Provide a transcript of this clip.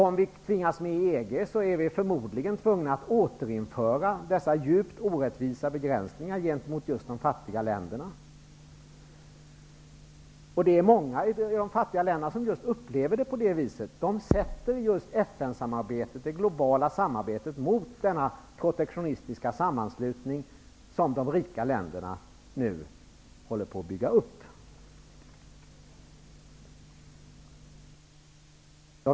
Om vi tvingas med i EG är vi förmodligen tvungna att återinföra dessa djupt orättvisa begränsningar gentemot just de fattiga länderna. Många i de fattiga länderna upplever det just på detta vis. De sätter FN-samarbetet -- det globala samarbetet -- mot denna protektionistiska sammanslutning som de rika länderna nu håller på att bygga upp.